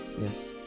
Yes